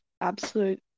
Absolute